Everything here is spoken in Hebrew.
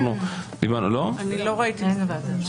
לא ראיתי את זה.